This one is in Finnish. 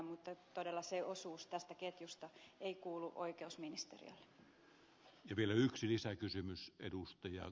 mutta todella se osuus tästä ketjusta ei kuulu oikeusministeriölle